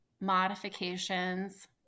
modifications